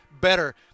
better